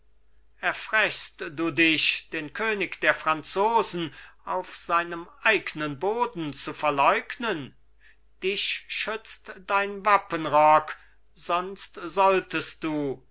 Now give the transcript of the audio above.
erfrechst du dich den könig der franzosen auf seinem eignen boden zu verleugnen dich schützt dein wappenrock sonst solltest du